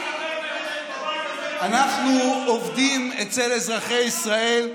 אנחנו עובדים אצל אזרחי ישראל.